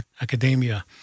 academia